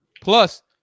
Plus